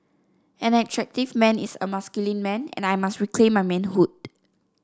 an attractive man is a masculine man and I must reclaim my manhood